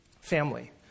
Family